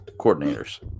coordinators